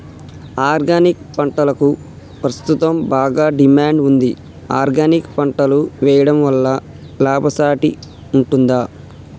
Organic పంటలకు ప్రస్తుతం బాగా డిమాండ్ ఉంది ఆర్గానిక్ పంటలు వేయడం వల్ల లాభసాటి ఉంటుందా?